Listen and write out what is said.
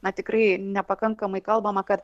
na tikrai nepakankamai kalbama kad